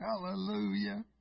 Hallelujah